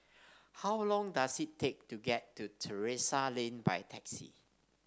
how long does it take to get to Terrasse Lane by taxi